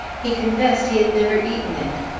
he confessed he had never eaten it.